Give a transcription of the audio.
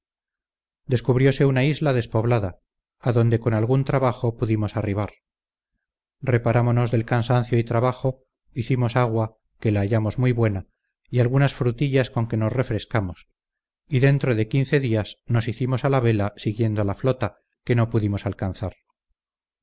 pasado descubriose una isla despoblada adonde con algún trabajo pudimos arribar reparámonos del cansancio y trabajo hicimos agua que la hallamos muy buena y algunas frutillas con que nos refrescamos y dentro de quince días nos hicimos a la vela siguiendo la flota que no pudimos alcanzar